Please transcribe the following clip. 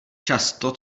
často